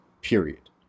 period